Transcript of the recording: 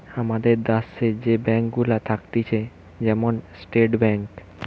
আমাদের দ্যাশে যে ব্যাঙ্ক গুলা থাকতিছে যেমন স্টেট ব্যাঙ্ক